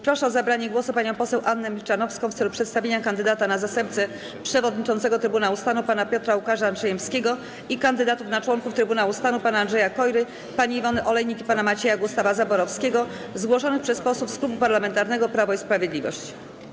Proszę o zabranie głosu panią poseł Annę Milczanowską w celu przedstawienia kandydata na zastępcę przewodniczącego Trybunału Stanu pana Piotra Łukasza Andrzejewskiego i kandydatów na członków Trybunału Stanu: pana Andrzeja Kojry, pani Iwony Olejnik i pana Macieja Gustawa Zaborowskiego, zgłoszonych przez posłów z Klubu Parlamentarnego Prawo i Sprawiedliwość.